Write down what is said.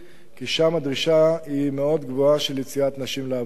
כי שם הדרישה של יציאת נשים לעבודה היא מאוד גבוהה.